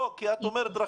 מכתב